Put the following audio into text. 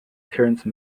terrence